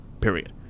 Period